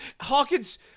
Hawkins